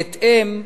בהתאם,